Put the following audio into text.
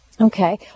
Okay